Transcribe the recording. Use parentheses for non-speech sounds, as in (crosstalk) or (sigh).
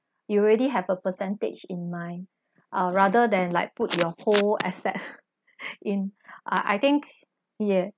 you already have a percentage in mind or rather than like put your whole asset (laughs) in I think yeah